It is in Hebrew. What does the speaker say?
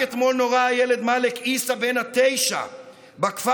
רק אתמול נורה הילד מאלכ עיסא בן התשע בכפר